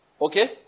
Okay